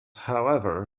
however